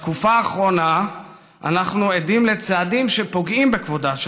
בתקופה האחרונה אנחנו עדים לצעדים שפוגעים בכבודה של